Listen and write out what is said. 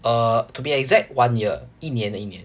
uh to be exact one year 一年了一年